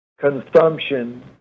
consumption